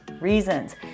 reasons